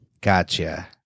Gotcha